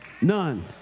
None